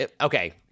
okay